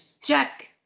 check